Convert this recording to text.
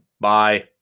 Bye